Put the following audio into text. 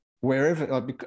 wherever